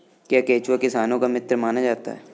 क्या केंचुआ किसानों का मित्र माना जाता है?